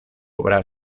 obra